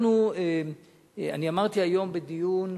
אני אמרתי היום בדיון